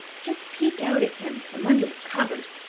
just peek out at him from under the covers.